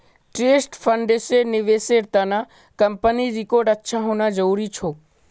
trust फंड्सेर निवेशेर त न कंपनीर रिकॉर्ड अच्छा होना जरूरी छोक